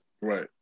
Right